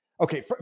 okay